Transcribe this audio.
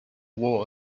war